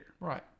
right